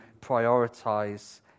prioritize